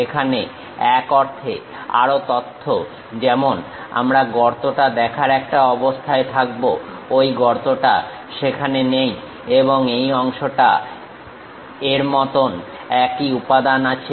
এখানে এক অর্থে আরো তথ্য যেমন আমরা গর্তটা দেখার একটা অবস্থায় থাকবো ঐ গর্তটা সেখানে নেই এবং এই অংশটার এর মতন একই উপাদান আছে